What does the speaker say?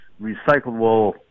recyclable